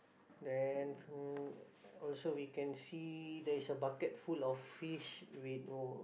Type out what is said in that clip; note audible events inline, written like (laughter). then hmm also we can see there is a bucket full of fish with (noise)